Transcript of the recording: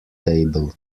table